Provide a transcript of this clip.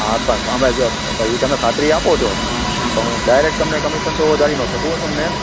હા પણ અમે જો ઇ તમે ખાતરી આપો છો તો હું ડાયરેક તમને કમિશન તો વધારી ન સકું તમને